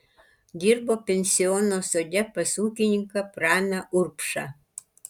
dirbo pensiono sode pas ūkininką praną urbšą